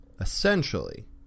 essentially